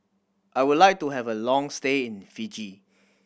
I would like to have a long stay in Fiji